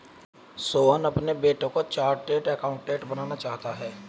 सोहन अपने बेटे को चार्टेट अकाउंटेंट बनाना चाहता है